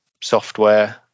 software